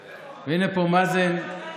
הינה, מאזן פה.